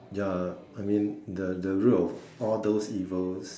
ya I mean the the root of all those evils